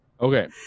okay